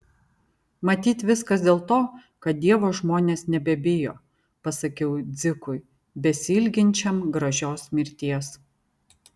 matyt viskas dėl to kad dievo žmonės nebebijo pasakiau dzikui besiilginčiam gražios mirties